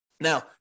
Now